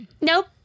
Nope